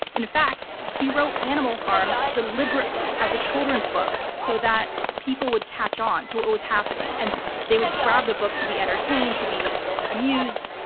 in fact, he wrote animal farm deliberately as a children's book, so that people would catch on to what was happening, and they would grab the book to be entertained, to be amused.